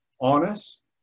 honest